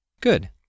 Good